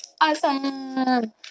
Awesome